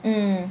mm